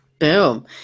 Boom